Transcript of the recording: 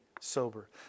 sober